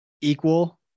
equal